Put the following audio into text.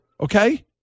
Okay